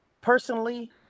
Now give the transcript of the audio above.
personally